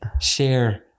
share